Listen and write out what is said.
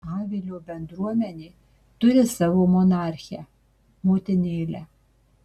avilio bendruomenė turi savo monarchę motinėlę